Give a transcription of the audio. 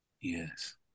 Yes